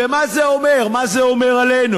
ומה זה אומר, מה זה אומר עלינו?